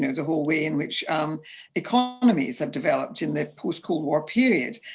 and whole way in which economies have developed in the post-cold war period.